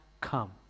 come